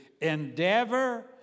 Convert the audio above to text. endeavor